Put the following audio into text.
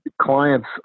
clients